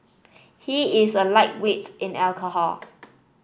he is a lightweight in alcohol